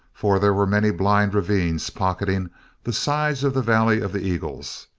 for there were many blind ravines pocketing the sides of the valley of the eagles,